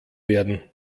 werden